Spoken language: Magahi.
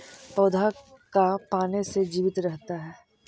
पौधा का पाने से जीवित रहता है?